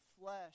flesh